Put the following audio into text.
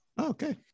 okay